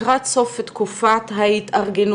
לקראת סוף תקופת ההתארגנות.